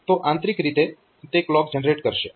તો આંતરિક રીતે તે ક્લોક જનરેટ કરશે